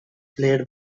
played